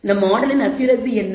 நம் மாடலின் அக்கியூரசி என்ன